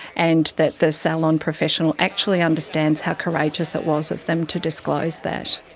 and that the salon professional actually understands how courageous it was of them to disclose that.